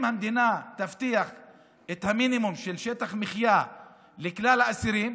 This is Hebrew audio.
אם המדינה תבטיח את המינימום של שטח מחיה לכלל האסירים,